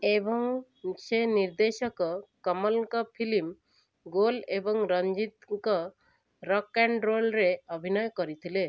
ଏବଂ ସେ ନିର୍ଦ୍ଦେଶକ କମଲଙ୍କ ଫିଲ୍ମ ଗୋଲ୍ ଏବଂ ରଞ୍ଜିତଙ୍କ ରକ୍ ଏଣ୍ଡ ରୋଲ୍ରେ ଅଭିନୟ କରିଥିଲେ